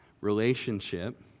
relationship